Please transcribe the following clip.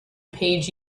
page